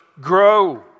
grow